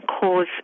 cause